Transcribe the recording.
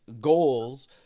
goals